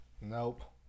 Nope